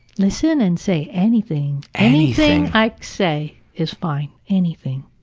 listen and say anything! anything i say is fine! anything!